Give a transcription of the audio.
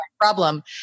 problem